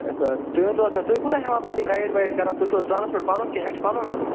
آچھا تُہۍ ؤنۍ تو حظ مےٚ تُہۍ کوتاہ ہیٚوان پتہٕ یہِ گایڈ وایڈ کَران تُہۍ چھُو حظ ٹرٛانٛسپورٹ پنُن کیٚنٛہہ کِنہٕ اسہِ چھُ پنُن آنُن